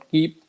Keep